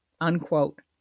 Unquote